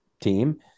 team